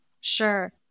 Sure